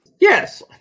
Yes